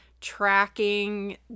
tracking